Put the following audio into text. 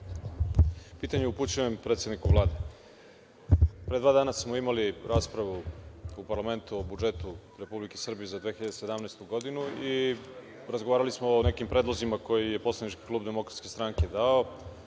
Pitanje upućujem predsedniku Vlade. Pre dva dana smo imali raspravu u parlamentu o budžetu Republike Srbije za 2017. godinu i razgovarali smo o nekim predlozima koje je Poslanički klub Demokratske stranke dao